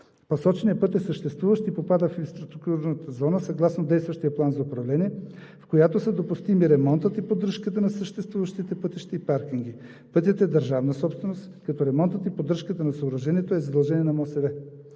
Посоченият път е съществуващ и попада в инфраструктурната зона съгласно действащия план за управление, в която са допустими ремонтът и поддръжката на съществуващите пътища и паркинги. Пътят е държавна собственост, като ремонтът и поддръжката на съоръжението е задължение на МОСВ.